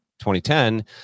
2010